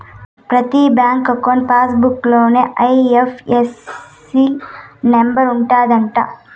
ప్రతి bank account passbook లోనే IFSC number ఉంటది అంట